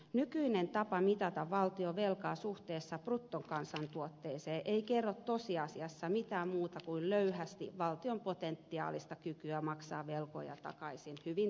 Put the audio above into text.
nykyinen tapa mitata valtionvelkaa suhteessa bruttokansantuotteeseen ei kerro tosiasiassa mistään muusta kuin löyhästi valtion potentiaalisesta kyvystä maksaa velkoja takaisin hyvin teoreettisesti